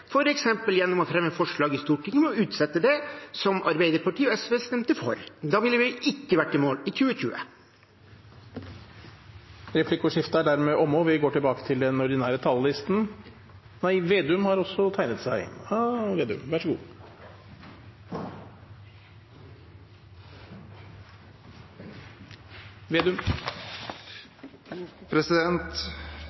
f.eks. gjennom å fremme et forslag i Stortinget om å utsette det, som Arbeiderpartiet og SV stemte for. Da ville vi ikke vært i mål i 2020. Det har vært interessant å sitte og følge debatten og høre Ulf Leirstein, som er partifelle til Tor Mikkel Wara. Han sa i sitt innlegg at man har